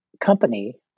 company